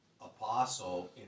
apostle